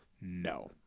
No